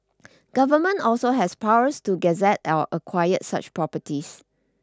Government also has powers to gazette or acquired such properties